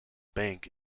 bank